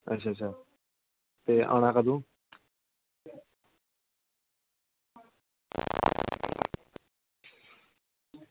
अच्छा अच्छा आना कदूं